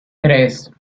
tres